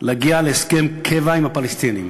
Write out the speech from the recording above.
להגיע להסכם קבע עם הפלסטינים.